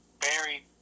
Barry